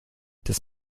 das